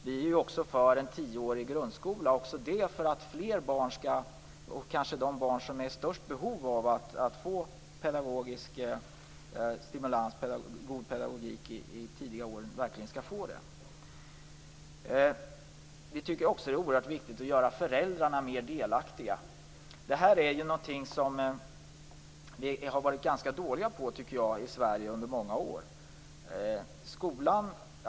Vi är också för en tioårig grundskola, även det för att fler barn och särskilt de barn som har de största behoven av att få stimulans av god pedagogik i tidiga år verkligen skall få det. Vi tycker också att det är oerhört viktigt att göra föräldrarna mer delaktiga. Jag tycker att det här är någonting som vi i Sverige har varit ganska dåliga på under många år.